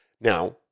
Now